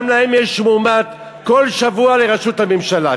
גם להם יש מועמד כל שבוע לראשות הממשלה,